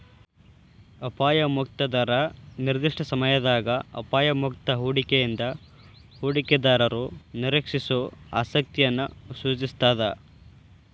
ಅಪಾಯ ಮುಕ್ತ ದರ ನಿರ್ದಿಷ್ಟ ಸಮಯದಾಗ ಅಪಾಯ ಮುಕ್ತ ಹೂಡಿಕೆಯಿಂದ ಹೂಡಿಕೆದಾರರು ನಿರೇಕ್ಷಿಸೋ ಆಸಕ್ತಿಯನ್ನ ಸೂಚಿಸ್ತಾದ